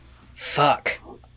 Fuck